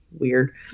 Weird